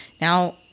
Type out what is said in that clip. Now